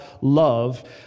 love